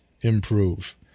improve